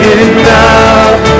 enough